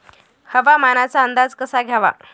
हवामानाचा अंदाज कसा घ्यावा?